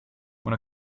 when